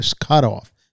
cutoff